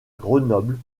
grenoble